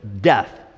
death